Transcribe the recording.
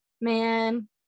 man